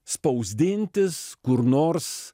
spausdintis kur nors